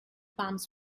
palms